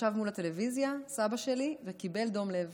סבא שלי ישב מול הטלוויזיה וקיבל דום לב